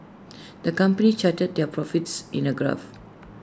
the company charted their profits in A graph